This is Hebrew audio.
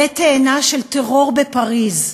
עלה תאנה של טרור בפריז.